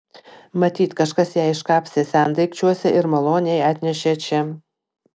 matyt kažkas ją iškapstė sendaikčiuose ir maloniai atnešė čia